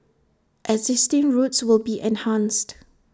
existing routes will be enhanced